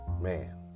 Man